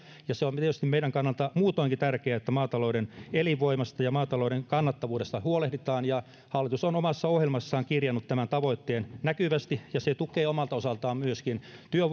ja se on tietysti meidän kannaltamme muutoinkin tärkeää että maatalouden elinvoimasta ja maatalouden kannattavuudesta huolehditaan hallitus on omassa ohjelmassaan kirjannut tämän tavoitteen näkyvästi ja se tukee omalta osaltaan myöskin